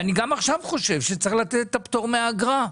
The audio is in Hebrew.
וגם עכשיו אני חושב שצריך לתת את הפטור מהאגרה.